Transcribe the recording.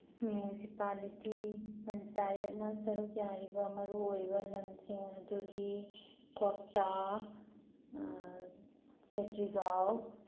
municipality ꯄꯟꯆꯥꯌꯠꯅ ꯁꯔꯨꯛ ꯌꯥꯔꯤꯕ ꯃꯔꯨꯑꯣꯏꯕ ꯂꯝꯁꯤꯡ ꯑꯗꯨꯗꯤ ꯀ꯭ꯋꯥꯛꯇꯥ ꯈꯦꯇ꯭ꯔꯤꯒꯥꯎ